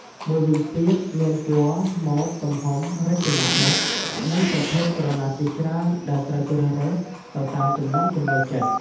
មួយវិញទៀតមានពណ៌ ម៉ូត ទំហំ រចនាបថ និងប្រភេទក្រណាត់ជាច្រើនដែលត្រូវជ្រើសរើសទៅតាមចំណង់ចំណូលចិត្ត។